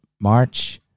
March